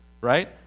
right